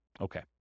okay